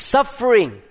Suffering